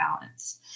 balance